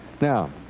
Now